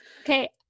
Okay